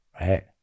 Right